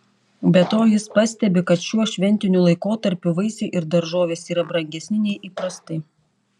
be to jis pastebi kad šiuo šventiniu laikotarpiu vaisiai ir daržovės yra brangesni nei įprastai